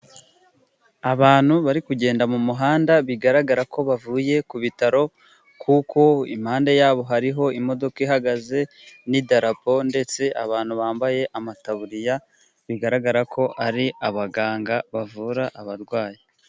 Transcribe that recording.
Abantu bari kugenda mu muhanda bigaragara ko bavuye ku bitaro, kuko impande yabo hariho imodoka ihagaze n'i darapo ,ndetse abantu bambaye amataburiya , bigaragara ko ari abaganga bavura abarwayi.